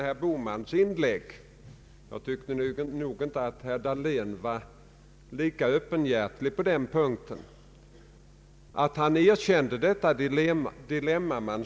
Herr talman!